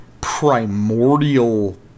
primordial